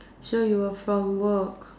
so you were from work